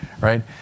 right